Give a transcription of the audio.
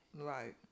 right